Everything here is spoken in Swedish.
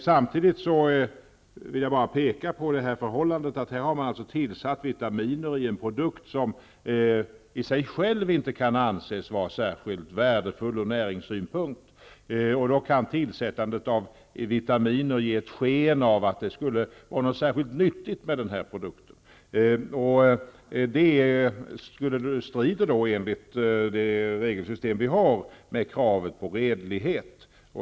Samtidigt vill jag påpeka att här har man alltså tillsatt vitaminer i en produkt som i sig själv inte kan anses vara särskilt värdefull ur näringssynpunkt. Då kan tillsättandet av vitaminer ge ett sken av att den här produkten skulle vara särskilt nyttig. Det strider enligt det regelsystem som vi har mot kravet på redlighet.